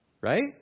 Right